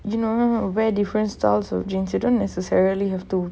you know you can wear different styles of jeans you don't necessarily have to